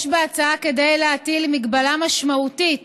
יש בהצעה כדי להטיל מגבלה משמעותית